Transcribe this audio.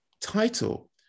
title